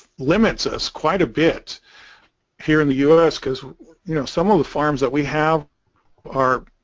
limits us quite a bit here in the us because you know some of the farms that we have are